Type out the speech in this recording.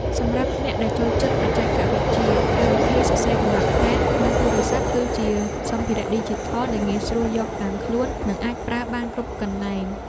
សម្រាប់អ្នកដែលចូលចិត្តបច្ចេកវិទ្យា កម្មវិធីសរសេរកំណត់ហេតុក្នុងទូរស័ព្ទ គឺជាសម្ភារៈឌីជីថលដែលងាយស្រួលយកតាមខ្លួន និងអាចប្រើបានគ្រប់កន្លែង។